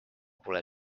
pole